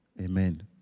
Amen